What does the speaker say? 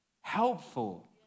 helpful